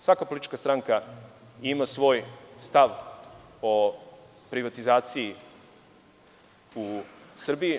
Svaka politička stranka ima svoj stav o privatizaciji u Srbiji.